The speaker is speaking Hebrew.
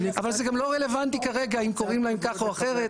אבל זה גם לא רלוונטי כרגע אם קוראים להם ככה או אחרת.